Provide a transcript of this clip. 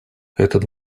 этот